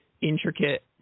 intricate